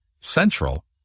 central